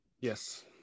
Yes